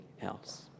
else